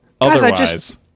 otherwise